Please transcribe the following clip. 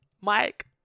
Mike